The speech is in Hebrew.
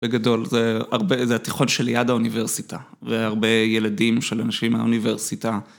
בגדול זה התיכון שליד האוניברסיטה והרבה ילדים של אנשים מהאוניברסיטה.